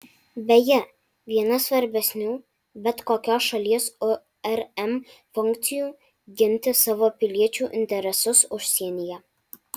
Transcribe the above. beje viena svarbesnių bet kokios šalies urm funkcijų ginti savo piliečių interesus užsienyje